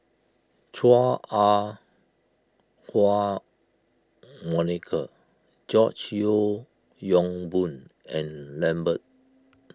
Chua Ah Huwa Monica George Yeo Yong Boon and Lambert